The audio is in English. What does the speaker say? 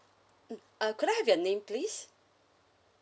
mm uh could I have your name please